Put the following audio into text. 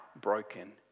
broken